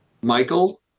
Michael